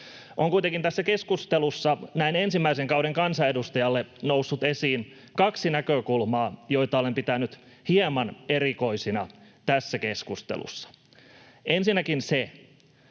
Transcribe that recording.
On kuitenkin tässä keskustelussa näin ensimmäisen kauden kansanedustajalle noussut esiin kaksi näkökulmaa, joita olen pitänyt hieman erikoisina. Ensinnäkin,